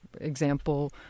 example